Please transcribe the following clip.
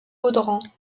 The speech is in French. audran